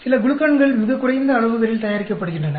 சில குளுக்கன்கள் மிகக் குறைந்த அளவுகளில் தயாரிக்கப்படுகின்றன